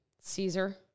Caesar